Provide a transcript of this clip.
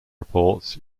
reports